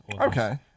okay